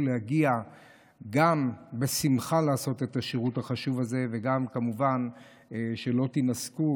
להגיע בשמחה לעשות את השירות החשוב הזה וגם כמובן שלא תינזקו,